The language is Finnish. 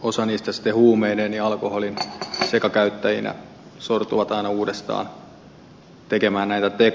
osa niistä sitten huumeiden ja alkoholin sekakäyttäjinä sortuu aina uudestaan tekemään näitä tekoja